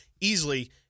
easily